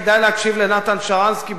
כדאי להקשיב לנתן שרנסקי,